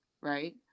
right